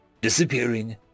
disappearing